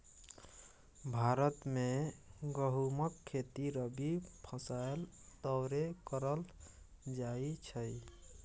भारत मे गहुमक खेती रबी फसैल तौरे करल जाइ छइ